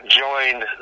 joined